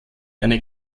eine